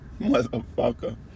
Motherfucker